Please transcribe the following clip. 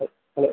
sir hello